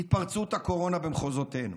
עוד מעט להתפרצות הקורונה במחוזותינו,